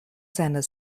seiner